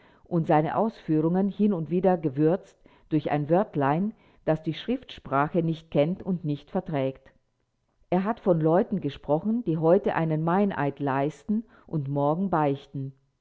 und seine ausführungen hin und wieder gewürzt durch ein wörtlein das die schriftsprache nicht kennt und nicht verträgt er hat von leuten gesprochen die heute einen meineid leisten und morgen beichten